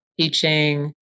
teaching